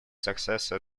successor